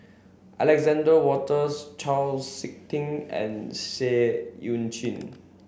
Alexander Wolters Chau Sik Ting and Seah Eu Chin